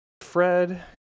Fred